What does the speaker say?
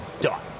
done